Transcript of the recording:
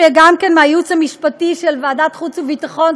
שגם הוא מהייעוץ המשפטי של ועדת חוץ וביטחון,